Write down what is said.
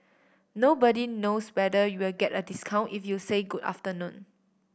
nobody knows whether you'll get a discount if you say good afternoon